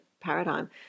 paradigm